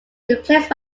replaced